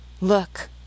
Look